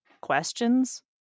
Questions